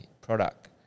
product